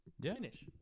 finish